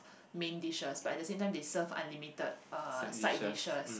main dishes but at the same time they serve unlimited uh side dishes